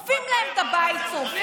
מתי אמרת את זה על חרדים?